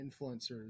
influencers